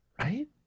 Right